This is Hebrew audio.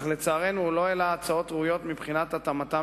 אך לצערנו הוא לא העלה הצעות ראויות מבחינת התאמתן